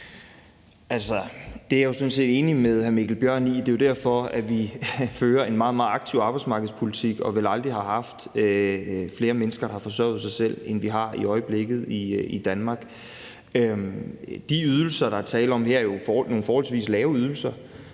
sådan set enig med hr. Mikkel Bjørn i. Det er jo derfor, vi fører en meget, meget aktiv arbejdsmarkedspolitik og vel aldrig har haft flere mennesker, der har forsørget sig selv, end vi har i øjeblikket, i Danmark. De ydelser, der er tale om her, er nogle forholdsvis lave ydelser,